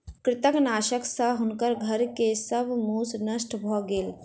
कृंतकनाशक सॅ हुनकर घर के सब मूस नष्ट भ गेल